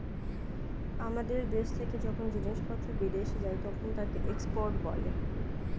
আমাদের দেশ থেকে যখন জিনিসপত্র বিদেশে যায় তখন তাকে এক্সপোর্ট বলে